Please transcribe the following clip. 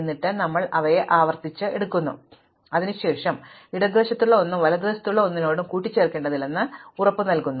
എന്നിട്ട് ഞങ്ങൾ അവയെ ആവർത്തിച്ച് അടുക്കുന്നു അതിനുശേഷം ഇടതുവശത്തുള്ള ഒന്നും വലതുവശത്തുള്ള ഒന്നിനോടും കൂട്ടിച്ചേർക്കേണ്ടതില്ലെന്ന് ഞങ്ങൾ ഉറപ്പുനൽകി